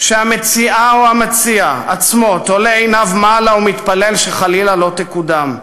שהמציעה או המציע עצמו תולה עיניו מעלה ומתפלל שחלילה לא תקודם.